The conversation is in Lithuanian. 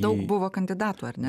daug buvo kandidatų ar ne